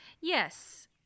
Yes